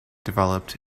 developed